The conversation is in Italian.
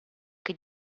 che